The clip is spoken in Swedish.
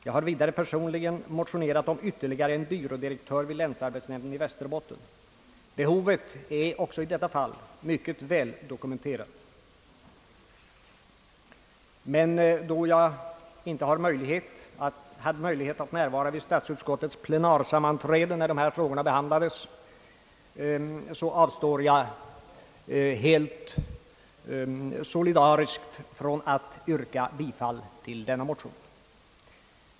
Jag har vidare personligen motionerat om en byrådirektörstjänst vid länsarbetsnämnden i Västerbotten. Behovet är också i detta fall mycket väldokumenterat, men då jag inte hade möjlighet att närvara vid statsutskottets plenarsammanträde, när dessa frågor behandlades, så avstår jag helt solidariskt från att yrka bifall till denna motion.